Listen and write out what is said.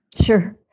Sure